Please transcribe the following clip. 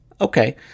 Okay